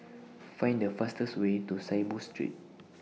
Find The fastest Way to Saiboo Street